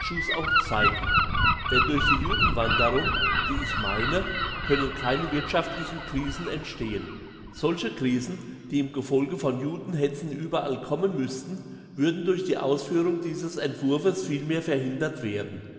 auch zeigen denn durch die judenwanderung die ich meine können keine wirthschaftlichen krisen entstehen solche krisen die im gefolge von judenhetzen überall kommen müssten würden durch die ausführung dieses entwurfes vielmehr verhindert werden